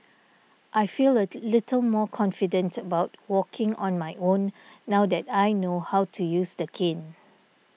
I feel a little more confident about walking on my own now that I know how to use the cane